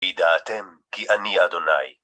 ידעתם כי אני אדוניי.